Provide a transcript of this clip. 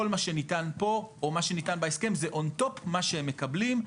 כל מה שניתן פה או מה שניתן בהסכם זה און-טופ מה שהם מקבלים,